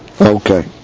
Okay